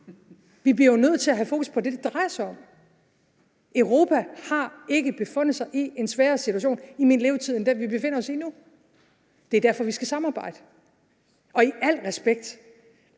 Vi bliver jo nødt til at have fokus på det, det drejer sig om. Europa har ikke befundet sig i en sværere situation i min levetid end den, vi befinder os i nu. Det er derfor, vi skal samarbejde, og i al respekt: